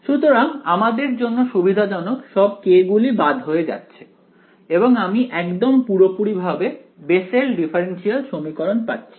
সুতরাং আমাদের জন্য সুবিধাজনক সব k গুলি বাদ হয়ে যাচ্ছে এবং আমি একদম পুরোপুরি ভাবে বেসেল ডিফারেনশিয়াল সমীকরণ পাচ্ছি